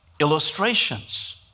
illustrations